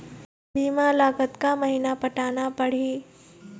बीमा ला कतका महीना पटाना पड़ही?